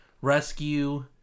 rescue